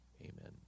amen